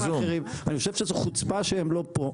אני חושב שזו חוצפה שהם לא פה.